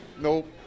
Nope